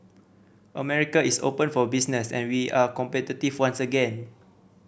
America is open for business and we are competitive once again